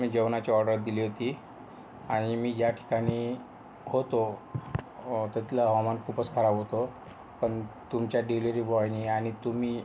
मी जेवणाची ऑर्डर दिली होती आणि मी ह्या ठिकाणी होतो तिथलं हवामान खूपच खराब होतं पण तुमच्या डिलीवरी बॉयनी आणि तुम्ही